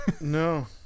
no